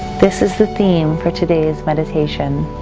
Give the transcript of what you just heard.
this is the theme for today's meditation,